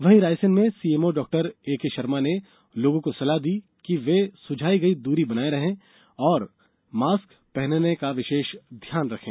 वहीं रायसेन में CMO doctor A K Sharma ने लोगों को सलाह दी है कि वे सुझाई गई दूरी बनाकर रहे और हमेंशा मास्क पहनने का विशेष ध्यान रखें